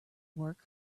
work